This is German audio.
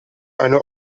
eine